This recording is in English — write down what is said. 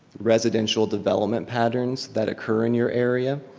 residential development patterns that occur in your area.